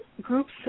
groups